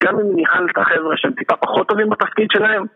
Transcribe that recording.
גם אם ניהלת החבר'ה שהם טיפה פחות טובים בתפקיד שלהם